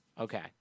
okay